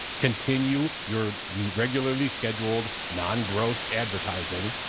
continue your regularly scheduled, non-gross advertising.